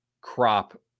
crop